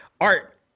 art